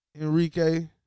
Enrique